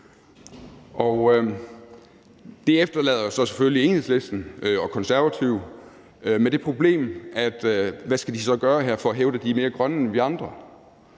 Det efterlader så selvfølgelig Enhedslisten og Konservative med det problem, at de så skal finde på noget at gøre for at hævde, at de er mere grønne end vi andre.